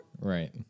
right